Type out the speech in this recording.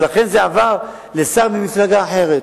לכן זה עבר לשר במפלגה אחרת.